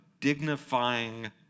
dignifying